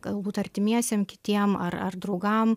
galbūt artimiesiem kitiem ar ar draugam